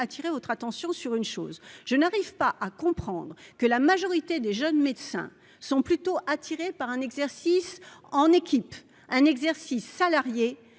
attirer votre attention sur une chose : je n'arrive pas à comprendre que la majorité des jeunes médecins sont plutôt attirés par un exercice en équipe, un exercice salarié